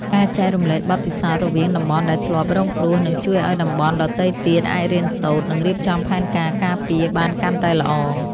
ការចែករំលែកបទពិសោធន៍រវាងតំបន់ដែលធ្លាប់រងគ្រោះនឹងជួយឱ្យតំបន់ដទៃទៀតអាចរៀនសូត្រ និងរៀបចំផែនការការពារបានកាន់តែល្អ។